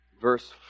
verse